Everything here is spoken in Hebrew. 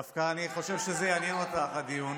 דווקא אני חושב שזה יעניין אותך, הדיון,